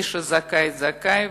זכאי,